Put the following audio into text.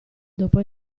dopo